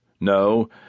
No